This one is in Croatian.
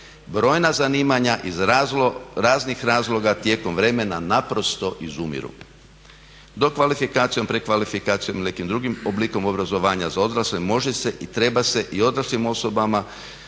Brojna zanimanja iz raznih razloga tijekom vremena naprosto izumiru. Dokvalifikacijom, prekvalifikacijom ili nekim drugim oblikom obrazovanja za odrasle može se i treba se i odraslim osobama